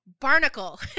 Barnacle